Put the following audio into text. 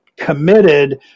committed